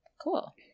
Cool